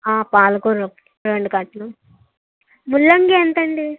పాలకూర ఒక రెండు కట్టలు ముల్లంగి ఎంతండి